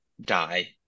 die